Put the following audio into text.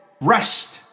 rest